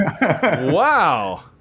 Wow